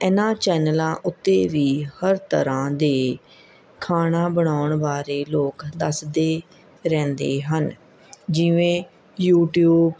ਇਹਨਾਂ ਚੈਨਲਾਂ ਉੱਤੇ ਵੀ ਹਰ ਤਰ੍ਹਾਂ ਦੇ ਖਾਣਾ ਬਣਾਉਣ ਬਾਰੇ ਲੋਕ ਦੱਸਦੇ ਰਹਿੰਦੇ ਹਨ ਜਿਵੇਂ ਯੂਟਿਊਬ